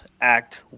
act